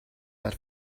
that